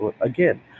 Again